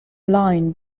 line